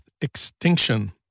Extinction